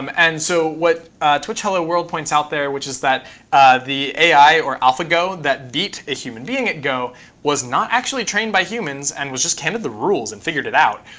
um and so what twitchhelloworld points out there, which is that the ai, or alphago, that beat a human being at go was not actually trained by humans and was just handed the rules and figured it out.